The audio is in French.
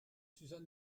susan